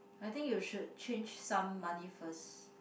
I think you should change some money first